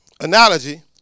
analogy